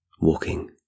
walking